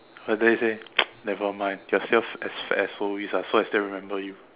and then he said nevermind you're still as fat as always ah so I still remember you